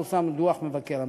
פורסם דוח מבקר המדינה.